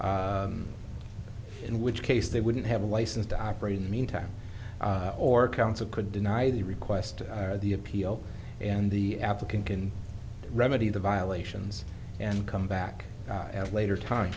in which case they wouldn't have a license to operate in the meantime or council could deny the request or the appeal and the applicant can remedy the violations and come back and later time